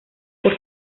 por